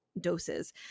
doses